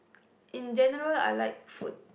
in general I like food